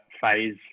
phase